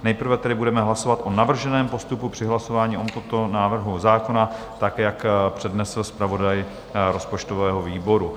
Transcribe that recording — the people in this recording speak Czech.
Nejprve tedy budeme hlasovat o navrženém postupu při hlasování o tomto návrhu zákona, tak jak přednesl zpravodaj rozpočtového výboru.